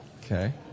Okay